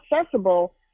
accessible